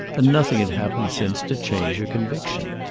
and nothing had happened since to change her conviction.